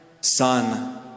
Son